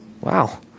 Wow